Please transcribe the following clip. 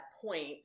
point